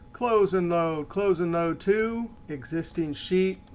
close and load, close and load to. existing sheet.